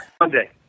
Monday